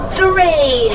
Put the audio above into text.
three